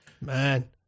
Man